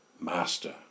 Master